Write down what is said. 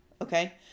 Okay